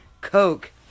Coke